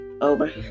over